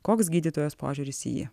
koks gydytojos požiūris į jį